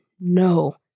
no